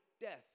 death